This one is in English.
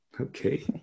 Okay